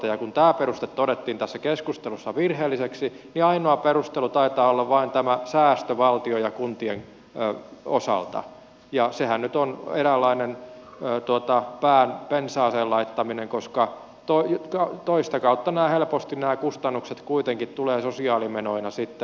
kun tämä peruste todettiin tässä keskustelussa virheelliseksi niin ainoa perustelu taitaa olla vain tämä säästö valtion ja kuntien osalta ja sehän nyt on eräänlainen pään pensaaseen laittaminen koska toista kautta helposti nämä kustannukset kuitenkin tulevat sosiaalimenoina sitten